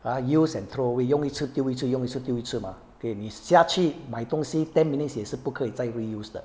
ha use and throw away 用一次丢一次用一次丢一次吗 okay 你下去买东西 ten minutes 也是不可以再 reuse 的